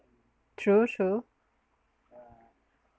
true true